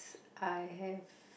I have